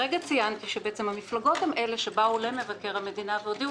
הרגע ציינתי שבעצם המפלגות הן אלה שבאו למבקר המדינה והודיעו